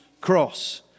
cross